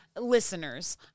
listeners